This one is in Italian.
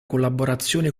collaborazione